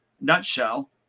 nutshell